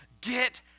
Get